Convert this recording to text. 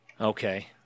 Okay